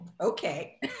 Okay